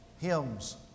hymns